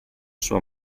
sua